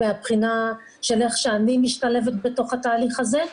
מהבחינה של איך שאני משתלבת בתוך התהליך הזה.